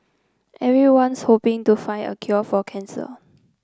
everyone's hoping to find a cure for cancer